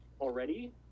already